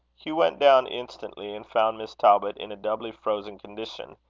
hugh went down instantly, and found miss talbot in a doubly frozen condition,